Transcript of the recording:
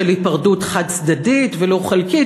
של היפרדות חד-צדדית ולו חלקית,